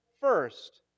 first